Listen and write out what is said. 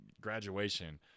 graduation